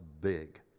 big